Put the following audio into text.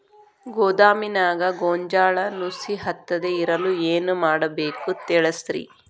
ಗೋದಾಮಿನ್ಯಾಗ ಗೋಂಜಾಳ ನುಸಿ ಹತ್ತದೇ ಇರಲು ಏನು ಮಾಡಬೇಕು ತಿಳಸ್ರಿ